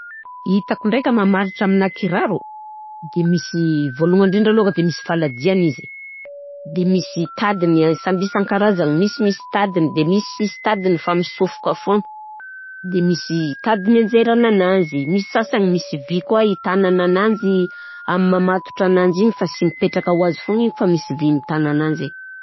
Hitako ndraika mamaritra amina kiraro de misy, vôlohany ndrindra alôhaka de misy faladiany izy de misy tadiny samby isan-karazagny, misy misy tadiny, de misy sisy tadiny fa misofoka foana de misy tadiny anjairana ananzy, misy sasany misy vy koà hitànananjy amin'ny mamatotra ananjy igny fa sy mipetraka oazy foana igny fa misy vy mitagna ananjy.